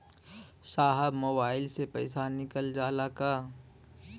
साहब मोबाइल से पैसा निकल जाला का?